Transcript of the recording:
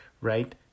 right